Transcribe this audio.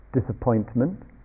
disappointment